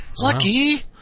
Lucky